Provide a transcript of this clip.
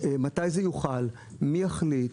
מתי זה יוחל ומי יחליט.